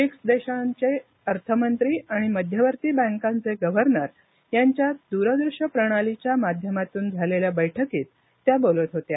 BRICS सदस्य देशांचे अर्थमंत्री आणि मध्यवर्ती बँकांचे गव्हर्नर यांच्यात दूरदृश्य प्रणालीच्या माध्यमातून झालेल्या बैठकीत त्या बोलत होत्या